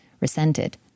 resented